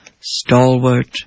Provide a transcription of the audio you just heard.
stalwart